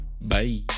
bye